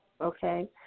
Okay